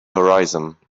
horizon